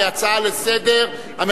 כהצעה לסדר-היום.